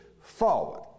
forward